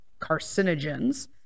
carcinogens